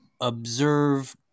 observe